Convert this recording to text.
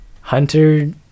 Hunter